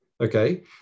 Okay